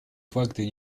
факты